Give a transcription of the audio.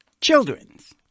children's